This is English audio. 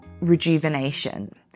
rejuvenation